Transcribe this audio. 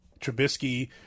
Trubisky